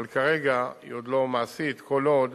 אבל כרגע היא עוד לא מעשית, כל עוד